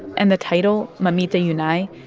and the title, mamita yunai,